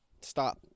stop